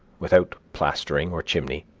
without plastering or chimney,